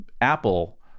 Apple